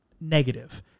negative